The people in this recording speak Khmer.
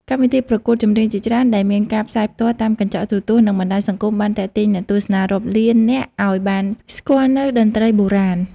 កម្មវិធីប្រកួតចម្រៀងជាច្រើនដែលមានការផ្សាយផ្ទាល់តាមកញ្ចក់ទូរទស្សន៍និងបណ្ដាញសង្គមបានទាក់ទាញអ្នកទស្សនារាប់លាននាក់ឲ្យបានស្គាល់នូវតន្ត្រីបុរាណ។